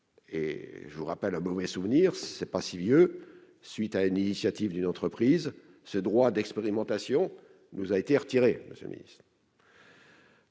à ce propos un mauvais souvenir, qui n'est pas si vieux : à la suite de l'initiative d'une entreprise, ce droit d'expérimentation nous a été retiré, monsieur le ministre.